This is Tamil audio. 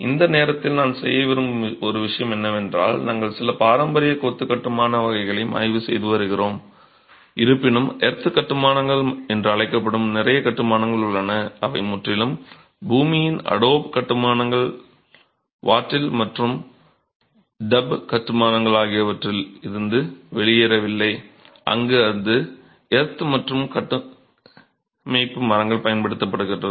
இந்த நேரத்தில் நான் செய்ய விரும்பும் ஒரு விஷயம் என்னவென்றால் நாங்கள் சில பாரம்பரிய கொத்து கட்டுமான வகைகளையும் ஆய்வு செய்து வருகிறோம் இருப்பினும் எர்த் கட்டுமானங்கள் என்று அழைக்கப்படும் நிறைய கட்டுமானங்கள் உள்ளன அவை முற்றிலும் பூமியின் அடோப் கட்டுமானங்கள் வாட்டில் மற்றும் டப் கட்டுமானங்கள் ஆகியவற்றில் இருந்து வெளியேறவில்லை அங்கு அது எர்த் மற்றும் கட்டமைப்பு மரங்கள் பயன்படுத்தப்படுகிறது